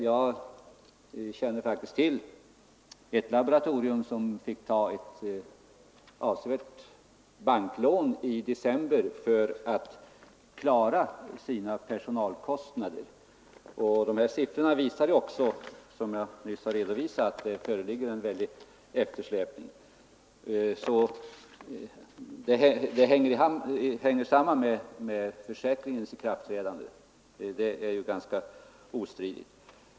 Jag känner faktiskt till ett laboratorium som måste ta ett avsevärt banklån i december för att klara sina personalkostnader. De siffror som jag nyss redovisat tyder också på att det föreligger en stor eftersläpning. Som jag sade är det alltså ganska ostridigt att problemen hänger samman med försäkringens ikraftträdande.